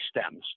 stems